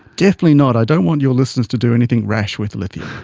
definitely not. i don't want your listeners to do anything rash with lithium.